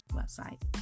website